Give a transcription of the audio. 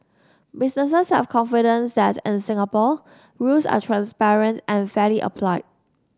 businesses have confidence that in Singapore rules are transparent and fairly applied